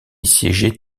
siégeait